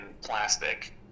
plastic